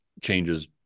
changes